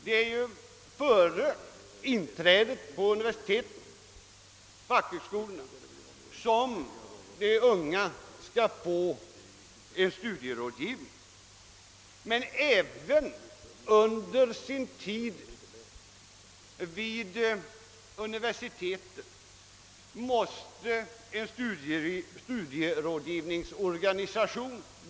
Det är ju före inträdet till universitet eller fackhögskola som de unga skall få en studierådgivning. En studierådgivningsorganisation måste emellertid byggas ut även vid universiteten.